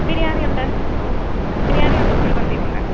ബിരിയാണി ഉണ്ട് ബിരിയാണിം ഉണ്ട് കുഴിമന്തിം ഉണ്ട്